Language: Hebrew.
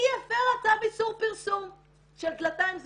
היא הפרה צו איסור פרסום של דלתיים סגורות.